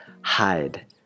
hide